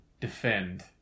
defend